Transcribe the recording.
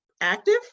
active